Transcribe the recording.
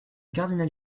cardinal